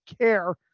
care